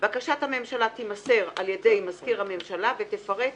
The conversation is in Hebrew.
בקשת הממשלה תימסר על ידי מזכיר הממשלה ותפרט